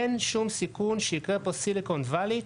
אין שום סיכון שיקרה פה סיליקון וואלי,